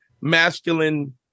masculine